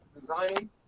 designing